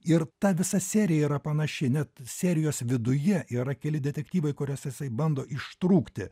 ir ta visa serija yra panaši net serijos viduje yra keli detektyvai kuriuose jisai bando ištrūkti